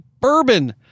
bourbon